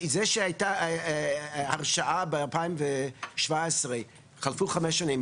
זה שהייתה הרשעה ב-2017, חלפו חמש שנים.